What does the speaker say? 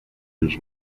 his